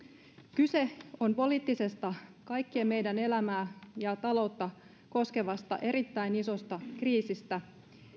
kyse on poliittisesta kaikkien meidän elämää ja taloutta koskevasta erittäin isosta kriisistä